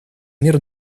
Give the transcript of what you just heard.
мир